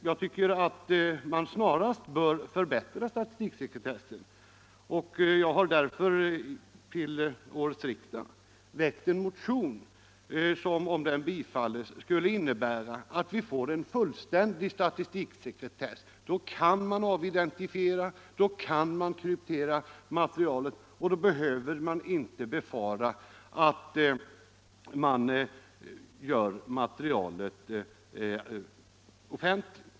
Jag tycker att man snarast bör förbättra statistiksekretessen, och jag har därför till årets riksdag väckt en motion som, om den bifalles, skulle innebära att vi får en fullständig statistiksekretess. Då kan man avidentifiera, då kan man kryptera materialet och då behövde man inte befara att materialet görs offentligt.